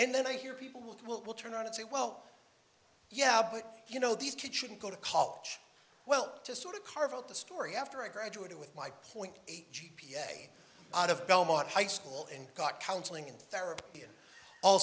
and then i hear people will turn around and say well yeah but you know these kids shouldn't go to college well to sort of carve out the story after i graduated with my point eight g p s a lot of belmont high school and got counseling and therapy and all